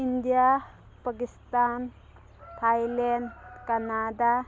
India Pakistan Thailand Canada